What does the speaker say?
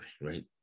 right